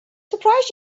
surprised